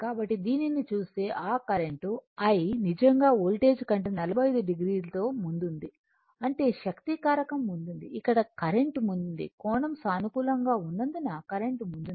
కాబట్టి దీనిని చూస్తే ఆ కరెంట్ I నిజంగా వోల్టేజ్ కంటే 45 o తో ముందుంది అంటే శక్తి కారకం ముందుంది ఇక్కడ కరెంట్ ముందుంది కోణం సానుకూలంగా ఉన్నందున కరెంట్ ముందుంది